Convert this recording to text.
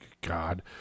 God